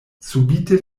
subite